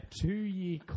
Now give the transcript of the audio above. two-year